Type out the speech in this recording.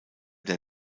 der